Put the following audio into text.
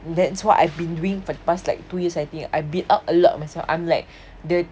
that's what I've been doing for the past like two years I think I beat up a lot of myself I'm like the